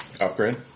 Upgrade